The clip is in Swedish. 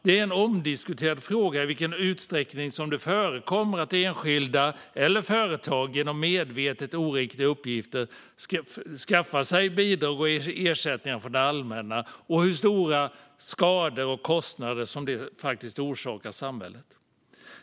Det är en omdiskuterad fråga i vilken utsträckning det förekommer att enskilda eller företag genom medvetet oriktiga uppgifter skaffar sig bidrag och ersättningar från det allmänna och hur stora skador och kostnader som det faktiskt orsakar samhället.